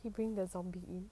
he bring the zombie in